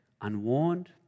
unwarned